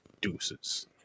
Deuces